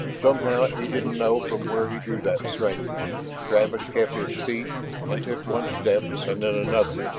somehow he didn't know from where he drew that strength travis kept his feet and took one step and then another,